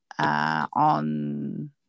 On